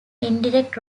indirect